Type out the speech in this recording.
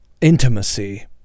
Intimacy